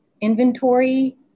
inventory